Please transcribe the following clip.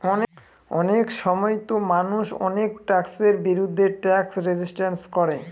অনেক সময়তো মানুষ অনেক ট্যাক্সের বিরুদ্ধে ট্যাক্স রেজিস্ট্যান্স করে